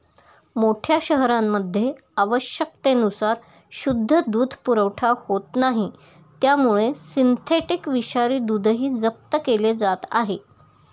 मोठ्या शहरांमध्ये आवश्यकतेनुसार शुद्ध दूध पुरवठा होत नाही त्यामुळे सिंथेटिक विषारी दूधही जप्त केले जात आहे